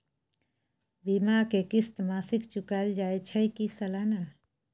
बीमा के किस्त मासिक चुकायल जाए छै की सालाना?